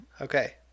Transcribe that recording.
okay